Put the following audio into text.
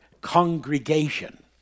congregation